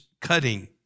cutting